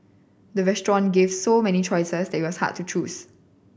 the restaurant gave so many choices that it was hard to choose